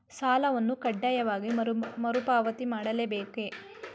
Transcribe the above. ಸಾಲವನ್ನು ಕಡ್ಡಾಯವಾಗಿ ಮರುಪಾವತಿ ಮಾಡಲೇ ಬೇಕೇ?